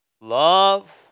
Love